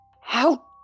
How